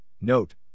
Note